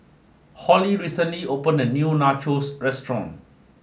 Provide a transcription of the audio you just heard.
Hollie recently opened a new Nachos restaurant